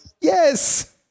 yes